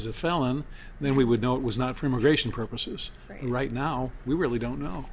as a felon then we would know it was not for immigration purposes and right now we really don't know